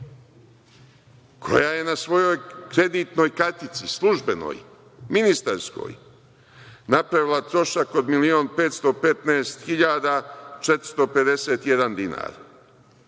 koja je na svojoj kreditnoj kartici službenoj, ministarskoj, napravila trošak od 1.515.451 dinar,